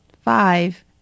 Five